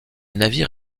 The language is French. navire